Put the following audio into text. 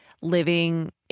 living